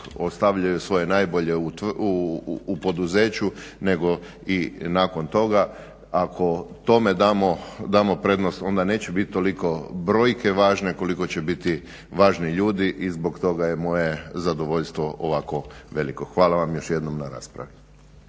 ostavljaju svoje najbolje u poduzeću nego i nakon toga. Ako tome damo prednost onda neće biti toliko brojke važne koliko će biti važni ljudi i zbog toga je moje zadovoljstvo ovako veliko. Hvala vam još jednom na raspravi.